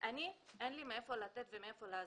אני אין לי מאיפה לתת ומאיפה לעזור.